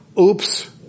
oops